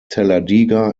talladega